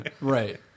Right